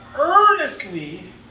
earnestly